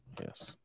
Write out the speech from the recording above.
Yes